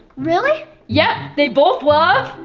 really? yep, they both love.